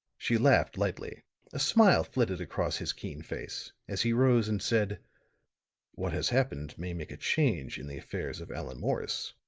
she laughed lightly a smile flitted across his keen face, as he rose and said what has happened may make a change in the affairs of allan morris.